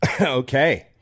okay